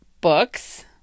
books